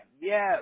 Yes